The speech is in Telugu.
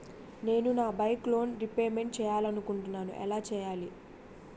నేను నా బైక్ లోన్ రేపమెంట్ చేయాలనుకుంటున్నా ఎలా చేయాలి?